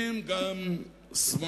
אם גם שמאלנים